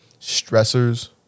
stressors